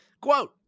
Quote